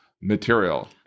material